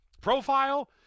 profile